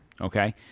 Okay